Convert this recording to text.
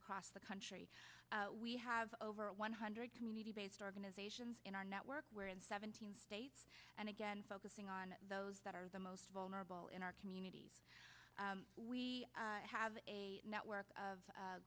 across the country we have over one hundred community based organizations in our network where in seventeen states and again focusing on those that are the most vulnerable in our community we have a network of